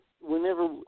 whenever